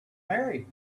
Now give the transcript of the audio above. married